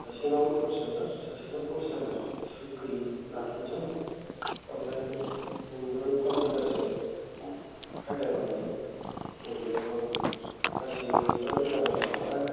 सासेनाव दस हाजार सासेनाव दस हाजार सुत गैयै लाथ'नोसै आं ओमफ्राय नोंबो पास हाजारसो खायदा बानायदो बबेनिफ्रायबा मोनगोन गासै नैजिबा रोजा नांगौ नालाय